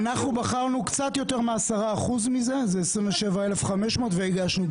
בחרנו קצת יותר מ-10% מזה, זה 27,500, והגשנו.